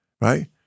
right